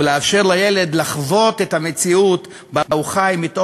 הוא לאפשר לילד לחוות את המציאות שבה הוא חי מתוך